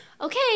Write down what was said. okay